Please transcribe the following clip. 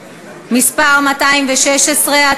(מס' 216),